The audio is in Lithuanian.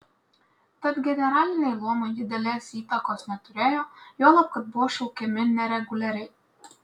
tad generaliniai luomai didelės įtakos neturėjo juolab kad buvo šaukiami nereguliariai